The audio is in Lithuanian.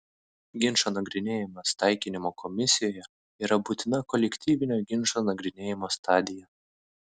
ginčo nagrinėjimas taikinimo komisijoje yra būtina kolektyvinio ginčo nagrinėjimo stadija